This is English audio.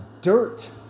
dirt